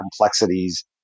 complexities